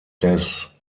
des